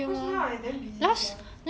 because now I damn busy sia